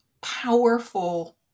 powerful